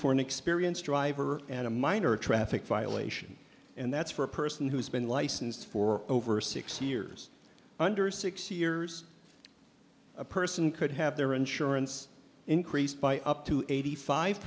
for an experienced driver and a minor traffic violation and that's for a person who's been licensed for over six years under six years a person could have their insurance increased by up to eighty five